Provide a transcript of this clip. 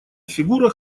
фигура